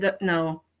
no